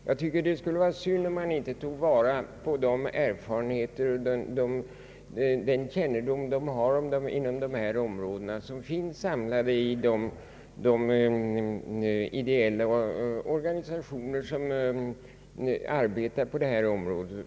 Jag tycker att det är synd, om man inte tar till vara de erfarenheter och den kännedom som de ideella organisationer har som arbetar inom detta område.